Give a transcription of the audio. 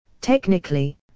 Technically